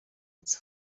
its